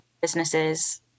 businesses